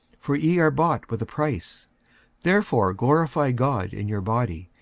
for ye are bought with a price therefore glorify god in your body,